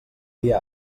dia